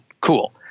Cool